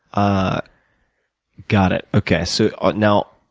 ah got it, okay so ah now